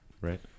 Right